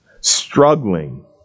struggling